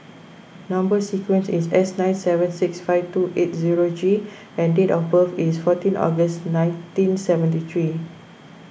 Number Sequence is S nine seven six five two eight zero G and date of birth is fourteen August nineteen seventy three